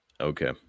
okay